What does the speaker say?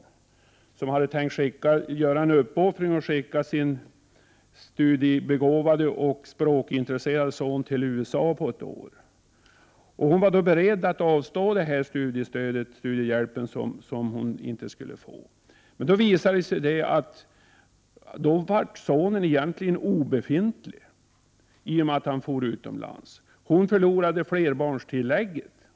Hon hade tänkt göra en uppoffring och skicka sin studiebegåvade och språkintresserade son till USA på ett år. Hon var beredd att avstå ifrån studiehjälpen. Men då blev sonen egentligen obefintlig i och med att han for utomlands. Mamman förlorade flerbarnstillägget.